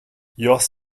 yours